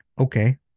okay